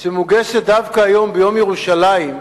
שמוגשת דווקא היום, ביום ירושלים,